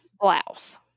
blouse